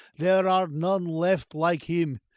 there are none left like him.